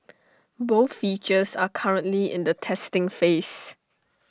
both features are currently in the testing phase